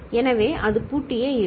எனவே அது பூட்டியே இருக்கும்